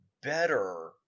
better